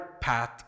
path